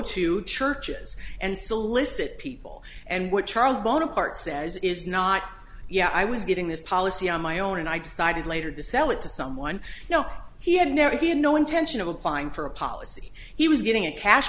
to churches and solicit people and what charles bonaparte says is not yeah i was getting this policy on my own and i decided later to sell it to someone you know he had never he had no intention of applying for a policy he was getting a cash